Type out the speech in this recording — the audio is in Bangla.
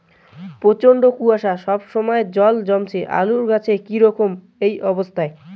প্রচন্ড কুয়াশা সবসময় জল জমছে আলুর গাছে কি করব এই অবস্থায়?